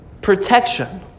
protection